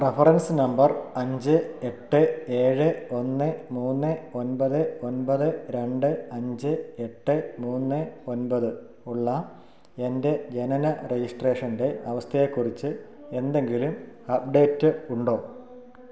reference number അഞ്ച് എട്ട് ഏഴ് ഒന്ന് മൂന്ന് ഒൻപത് ഒൻപത് രണ്ട് അഞ്ച് എട്ട് മൂന്ന് ഒൻപത് ഉള്ള എൻറ്റെ ജനന രജിസ്ട്രേഷൻറ്റെ അവസ്ഥയെക്കുറിച്ച് എന്തെങ്കിലും അപ്ഡേറ്റ് ഉണ്ടോ